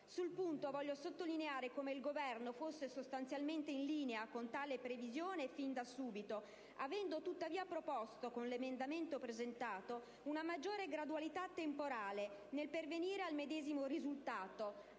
Sul punto, voglio sottolineare come il Governo fosse sostanzialmente in linea con tale previsione fin da subito, avendo tuttavia proposto, con l'emendamento presentato, una maggiore gradualità temporale nel pervenire al medesimo risultato